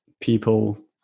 people